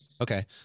Okay